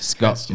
Scott